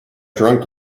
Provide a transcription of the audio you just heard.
drunk